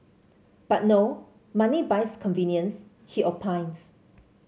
but no money buys convenience he opines